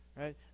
right